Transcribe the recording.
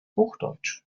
hochdeutsch